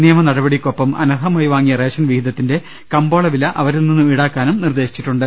നിയമനടപടിക്കൊപ്പം അനർഹ മായി വാങ്ങിയ റേഷൻ വിഹിതത്തിന്റെ കമ്പോളവില അവരിൽ നിന്നും ഈടാ ക്കാനും നിർദ്ദേശിച്ചിട്ടുണ്ട്